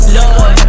Lord